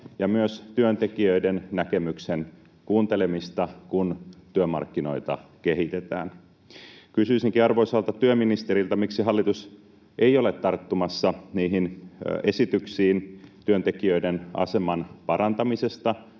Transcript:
ja myös työntekijöiden näkemyksen kuuntelemista, kun työmarkkinoita kehitetään. Kysyisinkin arvoisalta työministeriltä: miksi hallitus ei ole tarttumassa niihin esityksiin työntekijöiden aseman parantamisesta